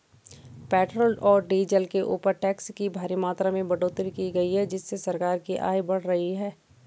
petrol और diesel के ऊपर टैक्स की भारी मात्रा में बढ़ोतरी कर दी गई है जिससे सरकार की आय बढ़ रही है